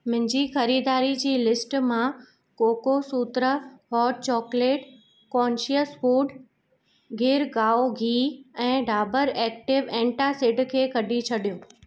मुंहिंजी ख़रीदारी जी लिस्ट मां coco sutra hot chocolate conscious food Girgaon गिहु ऐं डाबर एक्टिव एंटासिड खे कढी छॾियो